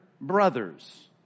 brothers